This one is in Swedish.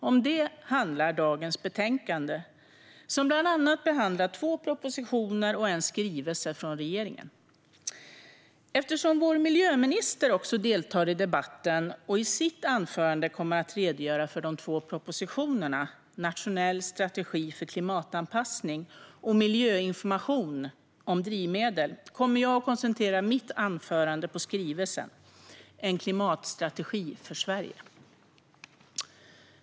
Om detta handlar dagens betänkande, som bland annat behandlar två propositioner och en skrivelse från regeringen. Eftersom vår miljöminister också deltar i debatten och i sitt anförande kommer att redogöra för de två propositionerna, Nationell strategi för klimatanpassning och Miljöinformation om drivmedel , kommer jag att koncentrera mitt anförande på skrivelsen, En klimatstrategi för Sverige .